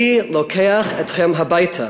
אני לוקח אתכם הביתה.